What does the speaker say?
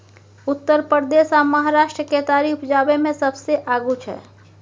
उत्तर प्रदेश आ महाराष्ट्र केतारी उपजाबै मे सबसे आगू छै